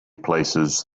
places